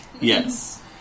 Yes